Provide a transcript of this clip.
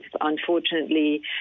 unfortunately